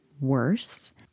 worse